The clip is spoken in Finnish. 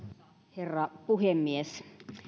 herra puhemies